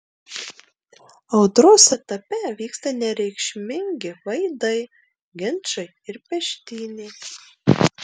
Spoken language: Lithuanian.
audros etape vyksta nereikšmingi vaidai ginčai ir peštynės